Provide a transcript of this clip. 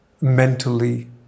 mentally